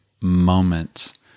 moment